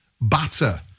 batter